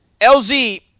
LZ